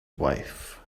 wife